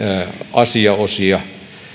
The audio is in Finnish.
asiaosia